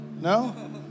No